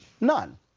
none